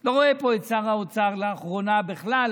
לא רואה פה את שר האוצר לאחרונה בכלל.